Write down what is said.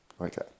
Okay